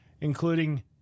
including